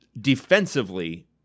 Defensively